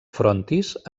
frontis